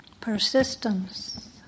persistence